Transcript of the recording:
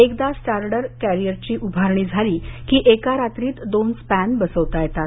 एकदा स्टार्डल कॅरिअरची उभारणी झाली की एका रात्रीत दोन स्पॅन बसवता येतात